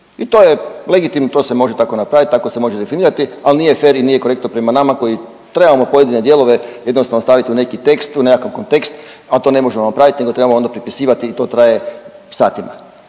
i to je legitimno, to se može tako napraviti, tako se može definirati, ali nije fer i nije korektno prema nama koji trebamo pojedine dijelove jednostavno staviti u neki tekst, u nekakav kontekst, a to ne možemo napraviti nego trebamo onda prepisivati i to traje satima.